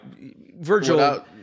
Virgil